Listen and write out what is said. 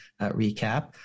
recap